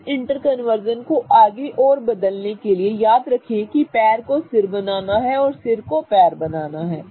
इस इंटरकंवर्जन को आगे और बदलने के लिए याद रखें कि पैर को सिर बनना है और सिर को पैर बनना है